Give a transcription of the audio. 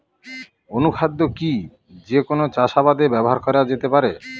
অনুখাদ্য কি যে কোন চাষাবাদে ব্যবহার করা যেতে পারে?